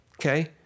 okay